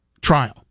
trial